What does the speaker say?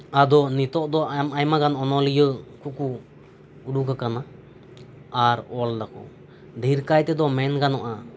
ᱟᱫᱚ ᱱᱤᱛᱚᱜ ᱫᱚ ᱟᱭᱢᱟᱜᱟᱱ ᱚᱱᱚᱞᱤᱭᱟᱹ ᱠᱚᱠᱚ ᱩᱰᱩᱠ ᱟᱠᱟᱱᱟ ᱟᱨ ᱚᱞ ᱮᱫᱟᱠᱚ ᱰᱷᱮᱨ ᱠᱟᱭᱛᱮ ᱫᱚ ᱢᱮᱱ ᱜᱟᱱᱚᱜᱼᱟ